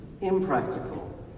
impractical